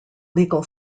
legal